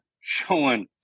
showing